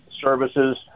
services